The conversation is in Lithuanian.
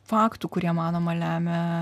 faktų kurie manoma lemia